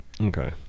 Okay